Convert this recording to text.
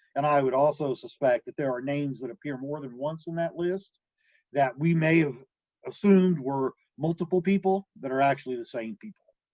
and i would also suspect that there are names that appear more than once in that list that we may have assumed were multiple people that are actually the same people.